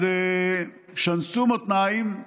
אז שנסו מותניים,